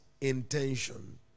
intention